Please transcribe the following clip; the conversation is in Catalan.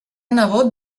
nebot